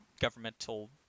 governmental